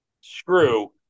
screw